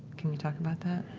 can you talk about that?